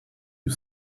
you